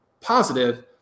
positive